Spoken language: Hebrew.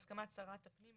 בהסכמת שרת הפנים,